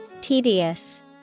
Tedious